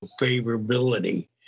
favorability